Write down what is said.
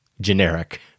generic